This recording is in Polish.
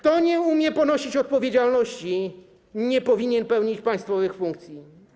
Kto nie umie ponosić odpowiedzialności, nie powinien pełnić państwowych funkcji.